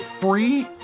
free